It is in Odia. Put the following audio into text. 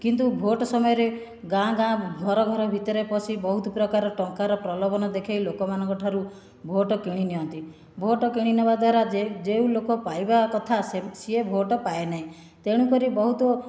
କିନ୍ତୁ ଭୋଟ ସମୟରେ ଗାଁ ଗାଁ ଘର ଘର ଭିତରେ ପଶି ବହୁତ ପ୍ରକାର ଟଙ୍କାର ପ୍ରଲୋଭନ ଦେଖେଇ ଲୋକମାନଙ୍କ ଠାରୁ ଭୋଟ କିଣିନିଆନ୍ତି ଭୋଟ କିଣିନବା ଦ୍ୱାରା ଯେଉଁ ଲୋକ ପାଇବା କଥା ସିଏ ସିଏ ଭୋଟ ପାଏ ନାହିଁ ତେଣୁକରି ବହୁତ